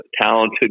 talented